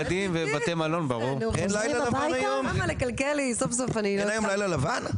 אין היום לילה לבן?